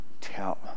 tell